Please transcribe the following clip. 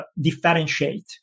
differentiate